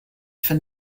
for